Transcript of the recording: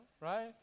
right